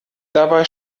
dabei